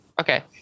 Okay